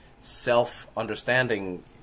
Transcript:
self-understanding